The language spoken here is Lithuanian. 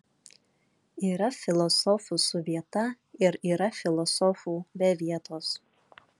yra filosofų su vieta ir yra filosofų be vietos